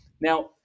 Now